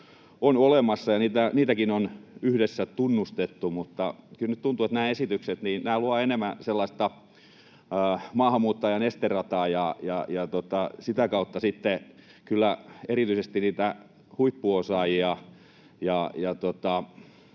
on olemassa, ja niitäkin on yhdessä tunnustettu, mutta kyllä nyt tuntuu siltä, että nämä esitykset luovat enemmän sellaista maahanmuuttajan esterataa ja sitä kautta sitten kyllä erityisesti niitä huippuosaajia